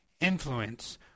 influence